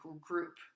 group